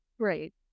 Great